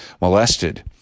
molested